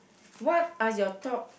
what are your top